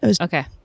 okay